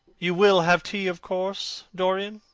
you will have tea, of course, dorian?